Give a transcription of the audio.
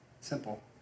Simple